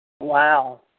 Wow